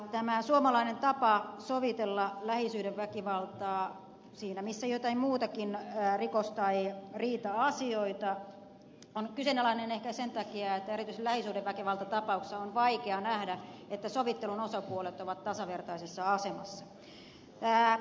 tämä suomalainen tapa sovitella lähisuhdeväkivaltaa siinä missä joitakin muitakin rikos tai riita asioita on kyseenalainen ehkä sen takia että erityisesti lähisuhdeväkivaltatapauksissa on vaikea nähdä että sovittelun osapuolet ovat tasavertaisessa asemassa